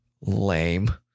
lame